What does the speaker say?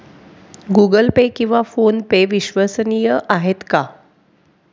Google Pay किंवा PhonePe विश्वसनीय आहेत का?